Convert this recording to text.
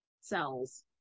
cells